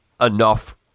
enough